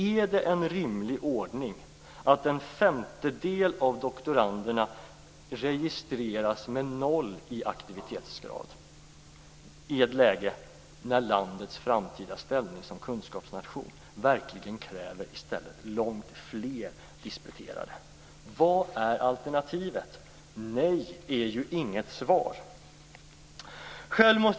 Är det en rimlig ordning att en femtedel av doktoranderna registreras med noll i aktivitetsgrad i ett läge när landets framtida ställning som kunskapsnation i stället kräver långt fler disputerade? Vad är alternativet? Nej är ju inget svar.